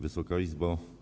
Wysoka Izbo!